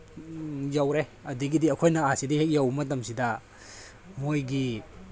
ꯌꯧꯔꯦ ꯑꯗꯨꯗꯒꯤꯗꯤ ꯑꯩꯈꯣꯏꯅ ꯑꯁꯤꯗ ꯍꯦꯛ ꯌꯧꯕ ꯃꯇꯝꯗꯁꯤꯗ ꯃꯣꯏꯒꯤ